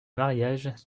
mariage